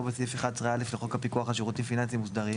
בסעיף 11א לחוק הפיקוח על שירותים פיננסיים מוסדרים